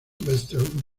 western